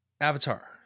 avatar